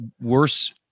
worse